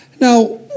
Now